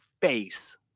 face